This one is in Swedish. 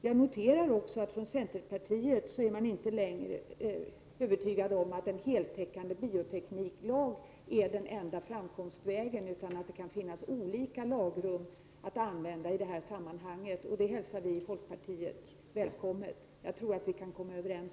Jag noterar också att centern inte längre är övertygad om att en heltäckande biotekniklag är den ända framkomliga vägen utan att det kan finnas olika lagrum att använda i detta sammanhang. Det hälsar vi i folkpartiet med tillfredsställelse. Jag tror vi kan komma överens.